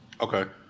Okay